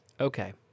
okay